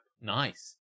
Nice